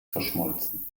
verschmolzen